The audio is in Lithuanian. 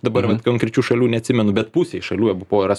dabar vat konkrečių šalių neatsimenu bet pusei šalių ebpo